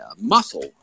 Muscle